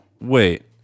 wait